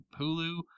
Hulu